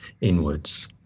inwards